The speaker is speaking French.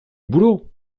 boulot